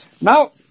Now